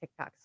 TikToks